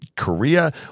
korea